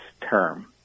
term